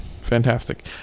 Fantastic